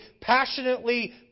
passionately